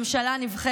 אותה.